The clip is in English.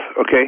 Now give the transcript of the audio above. Okay